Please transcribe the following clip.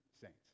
saints